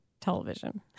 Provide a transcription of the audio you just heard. television